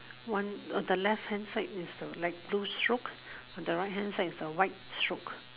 one the left hand side is the light blue stroke the right hand side is the white stroke